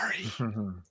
Sorry